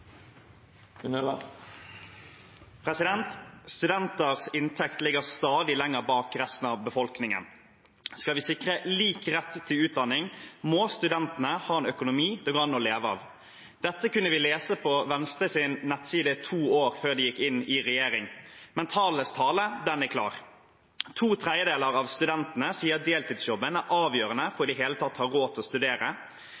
inntekt ligger stadig lengre bak resten av befolkningen. Skal vi sikre lik rett til utdanning, må studentene ha en økonomi det går an å leve av.» Dette kunne vi lese på Venstres nettside to år før de gikk inn i regjering. Men tallenes tale er klar: To tredjedeler av studentene sier at deltidsjobben er avgjørende for